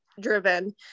driven